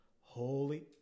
holy